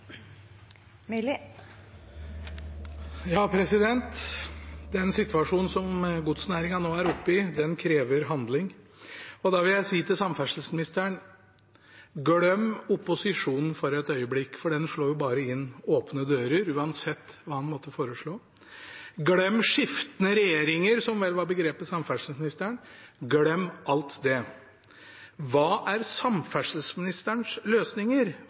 krever handling. Da vil jeg si til samferdselsministeren: Glem opposisjonen et øyeblikk, for den slår jo bare inn åpne dører uansett hva den måtte foreslå. Glem skiftende regjeringer, som vel var begrepet samferdselsministeren brukte. Glem alt det. Hva er samferdselsministerens løsninger